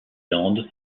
landes